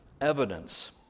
evidence